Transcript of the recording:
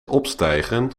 opstijgen